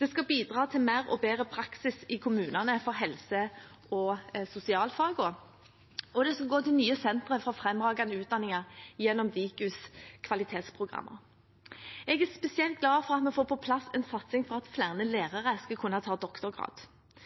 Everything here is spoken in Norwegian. Det skal bidra til mer og bedre praksis i kommunene for helse- og sosialfagene, og det skal gå til nye sentre for fremragende utdanninger gjennom kvalitetsprogrammene til Diku, Direktoratet for internasjonalisering og kvalitetsutvikling i høyere utdanning. Jeg er spesielt glad for at vi får på plass en satsing for at flere lærere skal kunne ta doktorgrad.